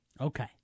Okay